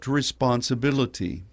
responsibility